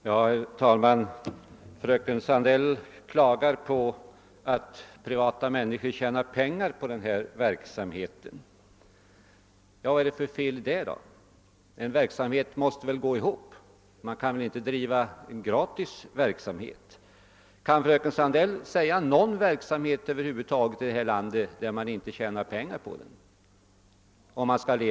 Herr talman! Fröken Sandell klagar på att privata människor tjänar pengar på denna verksamhet. Vad är det för fel med det? Verksamheten måste väl gå ihop ekonomiskt. Man kan inte driva en verksamhet gratis. Kan fröken Sandell nämna någon verksamhet, som man skall kunna leva på, som man inte tjänar pengar på?